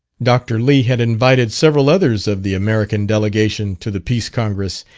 dr. lee had invited several others of the american delegation to the peace congress,